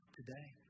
today